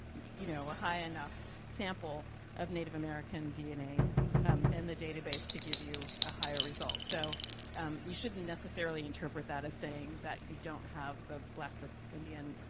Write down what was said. you know, a high enough sample of native american dna in and the data base to give you a higher result. so um you shouldn't necessarily interpret that as saying that you don't have the blackfoot indian,